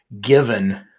given